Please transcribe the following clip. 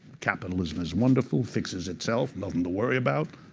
capitalism is wonderful, fixes itself, nothing to worry about,